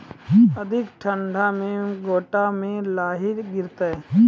अधिक ठंड मे गोटा मे लाही गिरते?